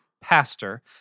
pastor